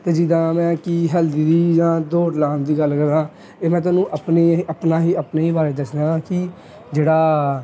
ਅਤੇ ਜਿੱਦਾਂ ਆਮ ਹੈ ਕਿ ਹੈਲਥ ਦੀ ਜਾਂ ਦੌੜ ਲਾਉਣ ਦੀ ਗੱਲ ਕਰਾਂ ਇਹ ਮੈਂ ਤੁਹਾਨੂੰ ਆਪਣੀ ਆਪਣਾ ਹੀ ਆਪਣੇ ਹੀ ਬਾਰੇ ਦੱਸਣਾ ਕਿ ਜਿਹੜਾ